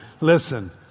Listen